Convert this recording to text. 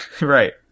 Right